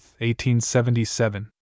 1877